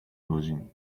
godzin